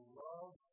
love